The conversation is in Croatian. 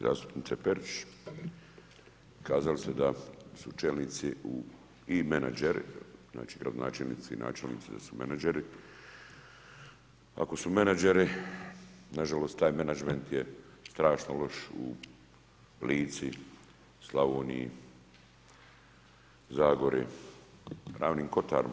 Zastupnice Perić, kazali ste da su čelnici i menadžeri, znači gradonačelnici i načelnici da su menadžeri, ako su menadžeri na žalost taj menadžment je strašno loš u Lici, Slavoniji, Zagori, Ravnim kotarima.